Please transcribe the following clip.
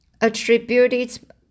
attributed